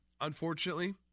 unfortunately